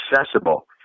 accessible